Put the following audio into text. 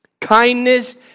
Kindness